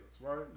right